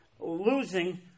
losing